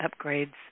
upgrades